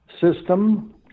system